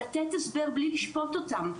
לתת הסבר בלי לשפוט אותם,